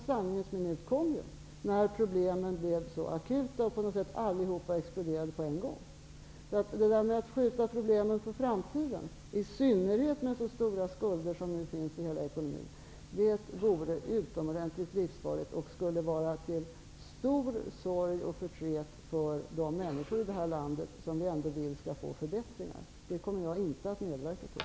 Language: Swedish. Sanningens minut kom ju när problemen blev så akuta. På något sätt exploderade allt på en gång. Att skjuta problemen på framtiden, i synnerhet när det finns så stora skulder i hela ekonomin som nu, vore utomordentligt livsfarligt och skulle vara till stor sorg och förtret för de människor i det här landet som vi ändå vill skall få förbättringar. Det kommer jag inte att medverka till.